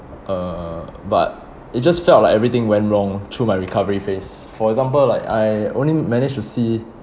uh but it just felt like everything went wrong through my recovery phase for example like I only managed to see